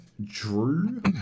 drew